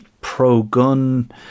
pro-gun